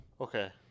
Okay